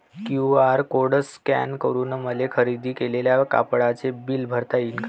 QR code scan करून मले खरेदी केलेल्या कापडाचे बिल भरता यीन का?